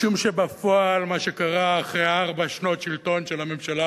משום שבפועל מה שקרה אחרי ארבע שנות שלטון של הממשלה